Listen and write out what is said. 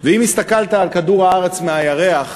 ואם הסתכלת על כדור-הארץ מהירח,